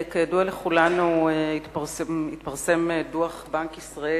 כידוע לכולנו התפרסם דוח בנק ישראל,